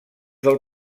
del